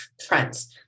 trends